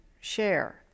share